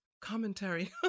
commentary